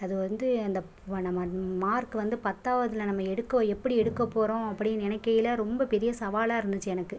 அது வந்து அந்த வ நம்ம இந் மார்க் வந்து பத்தாவதில் நம்ம எடுக்க எப்படி எடுக்கப் போகிறோம் அப்படின்னு நினைக்கையில ரொம்ப பெரிய சவாலாக இருந்துச்சு எனக்கு